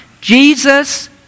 Jesus